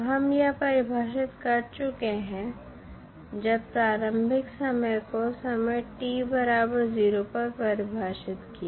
अब हम यह परिभाषित कर चुके हैं जब प्रारंभिक समय को समय t बराबर 0 पर परिभाषित किया